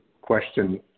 question